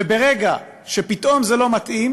וברגע שפתאום זה לא מתאים,